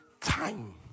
time